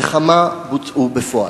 3. כמה בוצעו בפועל?